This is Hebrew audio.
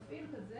מפעיל כזה,